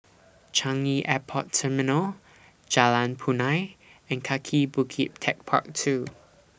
Changi Airport Terminal Jalan Punai and Kaki Bukit Techpark two